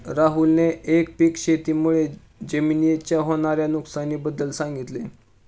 राहुलने एकपीक शेती मुळे जमिनीच्या होणार्या नुकसानी बद्दल सांगितले